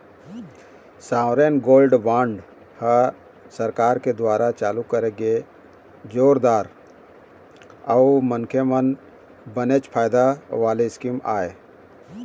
sovereign gold bond ह सरकार के दुवारा चालू करे गे जोरदार अउ मनखे मन बनेच फायदा वाले स्कीम आय